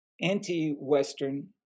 anti-Western